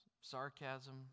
sarcasm